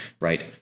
right